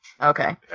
Okay